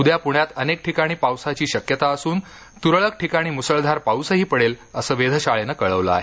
उद्या पुण्यात अनेक ठिकाणी पावसाची शक्यता असून तुरळक ठिकाणी मुसळधार पाउसही पडेल असं वेधशाळेन कळवलं आहे